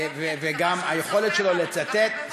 וגם היכולת שלו לצטט.